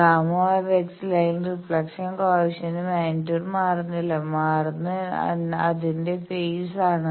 Γ line reflection കോയെഫിഷ്യന്റിന്റെ magnitude മാറുന്നില്ല മാറുന്നത് അതിന്റെ ഫെയ്സ് ആണ്